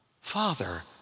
Father